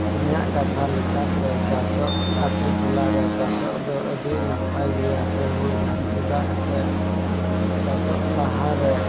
ᱤᱧᱟᱹᱜ ᱠᱟᱛᱷᱟ ᱞᱮᱠᱟᱛᱮ ᱪᱟᱥᱚᱜ ᱟᱹᱛᱩ ᱴᱚᱞᱟ ᱨᱮ ᱪᱟᱥᱚᱜ ᱫᱚ ᱟᱹᱰᱤ ᱱᱟᱯᱟᱭ ᱥᱮ ᱢᱚᱡᱟ ᱪᱮᱫᱟᱜ ᱮᱱᱛᱮᱫ ᱪᱟᱥᱚᱜ ᱞᱟᱦᱟ ᱨᱮ